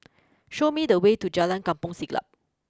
show me the way to Jalan Kampong Siglap